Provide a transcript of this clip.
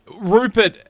Rupert